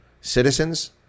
Citizens